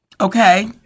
Okay